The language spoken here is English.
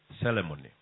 ceremony